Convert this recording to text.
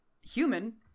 human